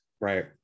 Right